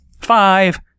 Five